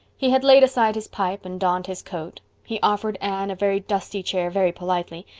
he had laid aside his pipe and donned his coat he offered anne a very dusty chair very politely,